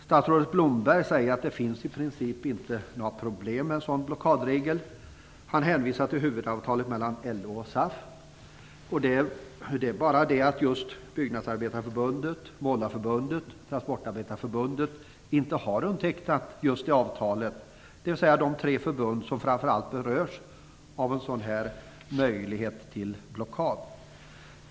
Statsrådet Blomberg säger att det i princip inte finns något problem med en sådan blockadregel. Han hänvisar till huvudavtalet mellan LO och SAF. Det är bara det att Transportarbetareförbundet inte har undertecknat det avtalet. Det är alltså dessa tre förbund som framför allt berörs av frågan om blockader.